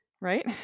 right